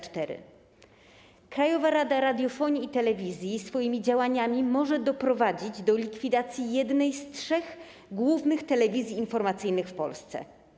Krajowa Rada Radiofonii i Telewizji swoimi działaniami może doprowadzić do likwidacji jednej z trzech głównych telewizji informacyjnych w Polsce.